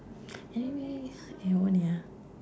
anyway eh wen ya